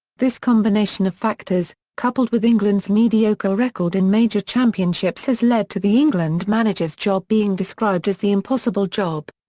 this combination of factors, coupled with england's mediocre record in major championships has led to the england manager's job being described as the impossible job.